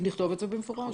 נכתוב את זה במפורש.